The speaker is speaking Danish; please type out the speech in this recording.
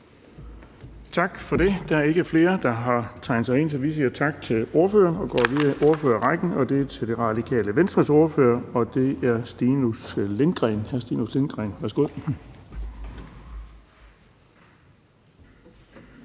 Tak for det. Der er ikke flere, der er indtegnet sig, så vi siger tak til ordføreren og går videre i ordførerrækken. Det er Det Radikale Venstres ordfører, og det er hr. Stinus Lindgreen. Værsgo.